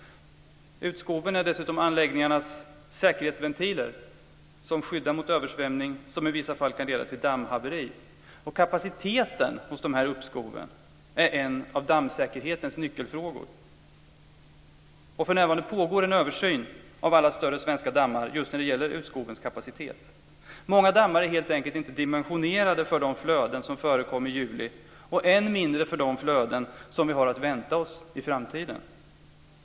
Utskoven är dessutom anläggningarnas säkerhetsventiler som skyddar mot översvämning som i vissa fall kan leda till dammhaveri. Kapaciteten hos dessa utskov är en av dammsäkerhetens nyckelfrågor, och för närvarande pågår en översyn av alla större svenska dammar när det gäller just utskovens kapacitet. Många dammar är helt enkelt inte dimensionerade för de flöden som förekom i juli och än mindre för de flödens som vi har att vänta oss i framtiden.